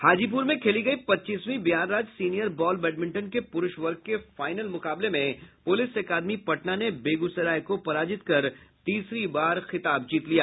हाजीपुर में खेली गयी पच्चीसवीं बिहार राज्य सीनियर बॉल बैडमिंटन के पुरूष वर्ग के फाइनल मुकाबले में प्रलिस अकादमी पटना ने बेगूसराय को पराजित कर तीसरी बार खिताब जीत लिया